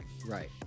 right